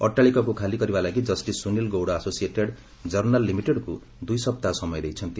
ଅଟ୍ଟାଳିକାକୁ ଖାଲି କରିବା ଲାଗି justice Sunil Gowda associated journals ଲିମିଟେଡ୍କୁ ଦୁଇ ସପ୍ତାହ ସମୟ ଦେଇଛନ୍ତି